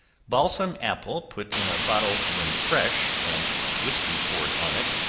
balsam apple put in a bottle when fresh, and whiskey poured on it,